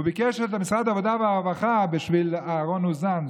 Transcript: הוא ביקש את משרד העבודה והרווחה בשביל אהרון אוזן,